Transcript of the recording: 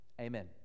Amen